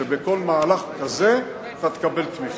שבכל מהלך כזה אתה תקבל תמיכה.